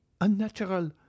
unnatural